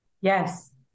Yes